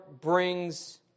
brings